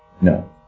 No